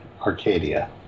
Arcadia